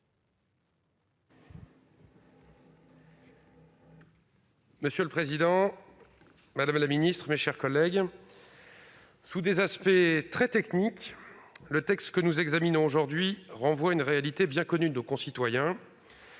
Monsieur le président, madame la secrétaire d'État, mes chers collègues, sous des aspects très techniques, le texte que nous examinons aujourd'hui renvoie à une réalité bien connue de nos concitoyens